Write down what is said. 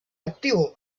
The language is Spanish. activo